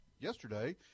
yesterday